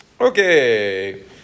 okay